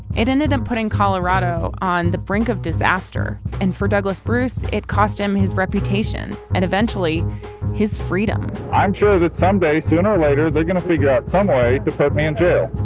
it ended up putting colorado on the brink of disaster. and for douglas bruce, it cost him his reputation and eventually his freedom i'm sure that someday, sooner or later, they're going to figure out some way to put me in jail.